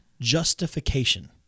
justification